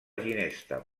ginesta